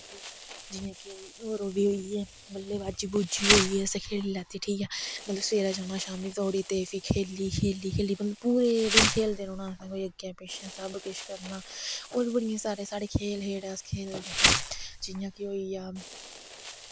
जियां की होर बी होइये बल्ले बॉज्जी बूज्जी होई असैं खेल्ली लैत्ती ठीक ऐ मतलव सवेरै जाना ते शाम्मी धोड़ी खेल्ली खेल्ली खेल्ली मतलव पूरे दिन खेलदे रौह्ना असैं कोई अग्गैं पिच्छैं सब किश करना होर बी बड़े सारे साढ़े खेल हे जेह्ड़े अस खेलदे हे जियां कि होइया